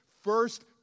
first